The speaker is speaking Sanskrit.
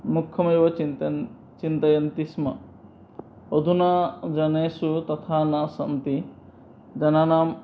मुख्यमेव चिन्तन् चिन्तयन्ति स्म अधुना जनेषु तथा न सन्ति जनानां